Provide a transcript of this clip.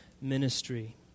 ministry